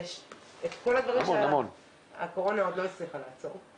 יש את כל הדברים שהקורונה עוד לא הצליחה לעצור.